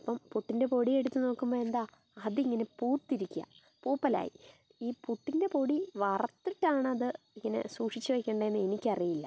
അപ്പം പുട്ടിൻ്റെ പൊടിയെടുത്ത് നോക്കുമ്പോൾ എന്താ അതിങ്ങനെ പൂത്തിരിക്കുകയാ പൂപ്പലായി ഈ പുട്ടിൻ്റെ പൊടി വറുത്തിട്ടാണ് അത് ഇതിനെ സൂക്ഷിച്ച് വയ്ക്കേണ്ടേന്ന് എനിക്കറിയില്ല